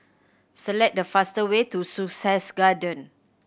select the fast way to Sussex Garden